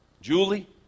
Julie